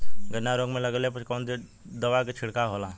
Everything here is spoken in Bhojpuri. गन्ना में रोग लगले पर कवन दवा के छिड़काव होला?